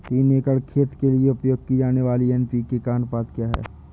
तीन एकड़ खेत के लिए उपयोग की जाने वाली एन.पी.के का अनुपात क्या है?